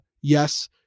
Yes